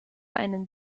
einen